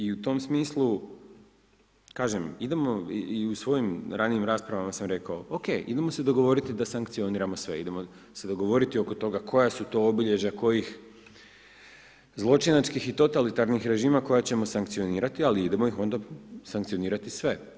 I u tom smislu, kažem, idemo, i u svojim ranijim raspravama sam rekao, oke, idemo se dogovoriti da sankcioniramo sve, idemo se dogovoriti oko toga koja su to obilježja kojih zločinačkih i totalitarnih režima koja ćemo sankcionirati, ali idemo ih onda sankcionirati sve.